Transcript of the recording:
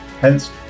Hence